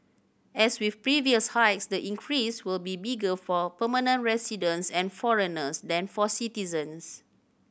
as with previous hikes the increase will be bigger for permanent residents and foreigners than for citizens